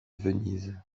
venise